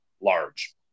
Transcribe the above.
large